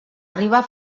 arriba